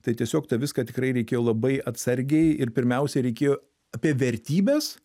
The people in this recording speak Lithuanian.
tai tiesiog tą viską tikrai reikėjo labai atsargiai ir pirmiausiai reikėjo apie vertybes